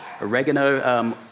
oregano